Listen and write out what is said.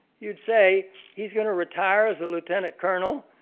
you would say, he is going to retire as a lieutenant colonel,